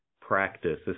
practice